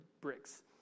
bricks